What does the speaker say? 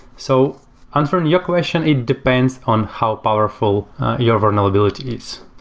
so answering your question, it depends on how powerful your vulnerability is.